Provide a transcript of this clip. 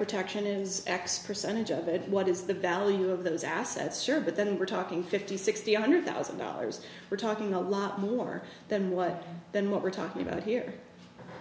protection is x percentage of it what is the value of those assets sure but then we're talking fifty sixty one hundred thousand dollars we're talking a lot more than what than what we're talking about here